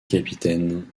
capitaine